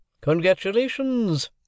Congratulations